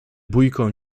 bójką